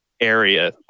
area